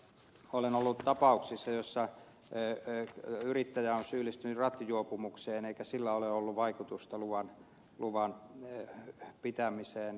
olen ollut tapauksissa joissa yrittäjä on syyllistynyt rattijuopumukseen eikä sillä ole ollut vaikutusta luvan pitämiseen